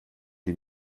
die